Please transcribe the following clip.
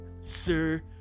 sir